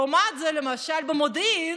לעומת זאת, למשל במודיעין,